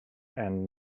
and